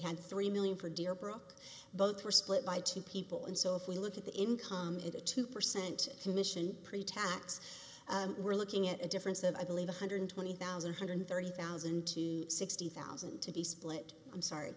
had three million for deerbrook both were split by two people and so if we look at the income it a two percent commission pretax we're looking at a difference of i believe one hundred twenty thousand hundred thirty thousand to sixty thousand to be split i'm sorry